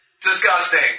disgusting